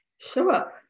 Sure